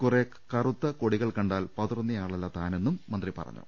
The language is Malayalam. കുറേ കറുത്ത കൊടികൾ കണ്ടാൽ പതറുന്നയാളല്ല താനെന്നും മന്ത്രി പറ ഞ്ഞു